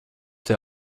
der